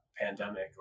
pandemic